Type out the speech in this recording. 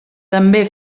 també